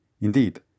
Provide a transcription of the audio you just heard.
Indeed